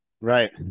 Right